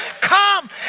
come